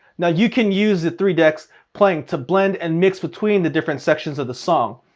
now you can use the three decks playing to blend and mix between the different sections of the song.